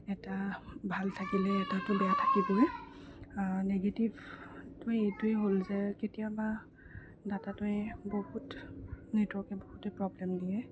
এটা ভাল থাকিলে এটাটো বেয়া থাকিবই নিগেটিভটোৱে এইটোৱে হ'ল যে কেতিয়াবা ডাটাটোৱে বহুত নেটৱৰ্কে বহুতেই প্ৰব্লেম দিয়ে